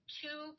two